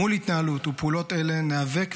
מול ההתנהלות והפעולות האלה ניאבק,